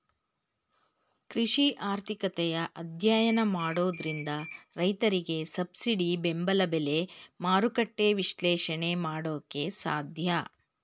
ಕೃಷಿ ಆರ್ಥಿಕತೆಯ ಅಧ್ಯಯನ ಮಾಡೋದ್ರಿಂದ ರೈತರಿಗೆ ಸಬ್ಸಿಡಿ ಬೆಂಬಲ ಬೆಲೆ, ಮಾರುಕಟ್ಟೆ ವಿಶ್ಲೇಷಣೆ ಮಾಡೋಕೆ ಸಾಧ್ಯ